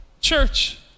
Church